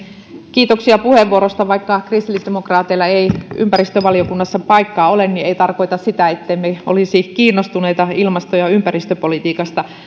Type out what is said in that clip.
kiitoksia puheenvuorosta vaikka kristillisdemokraateilla ei ympäristövaliokunnassa paikkaa ole se ei tarkoita sitä ettemme olisi kiinnostuneita ilmasto ja ympäristöpolitiikasta